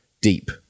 deep